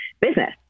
business